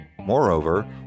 Moreover